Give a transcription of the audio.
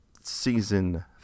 Season